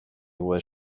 was